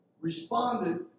responded